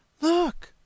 Look